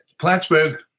Plattsburgh